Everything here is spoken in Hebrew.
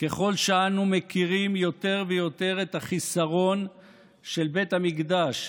ככל שאנו מכירים יותר ויותר את החיסרון של בית המקדש,